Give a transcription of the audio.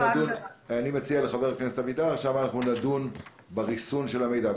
אני מציע לחבר הכנסת אבידר ששם אנו נדון בריסון של המידע.